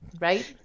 right